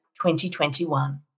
2021